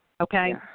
Okay